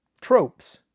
tropes